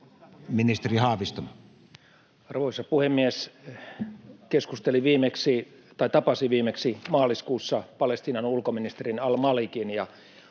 Ministeri Haavisto. Arvoisa puhemies! Tapasin viimeksi maaliskuussa Palestiinan ulkoministerin al-Malikin,